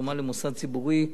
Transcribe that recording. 188) (תרומה למוסד ציבורי),